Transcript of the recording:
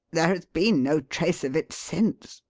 there has been no trace of it since.